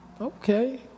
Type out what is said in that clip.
Okay